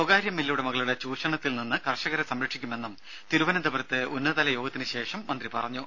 സ്വകാര്യ മില്ലുടമകളുടെ ചൂഷണത്തിൽ നിന്ന് കർഷകരെ സംരക്ഷിക്കുമെന്നും തിരുവനന്തപുരത്ത് ഉന്നതതല യോഗത്തിന് ശേഷം മന്ത്രി പറഞ്ഞു